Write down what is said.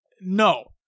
No